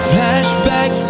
Flashback